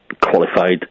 qualified